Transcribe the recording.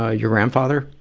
ah your grandfather,